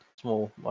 small